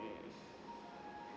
mm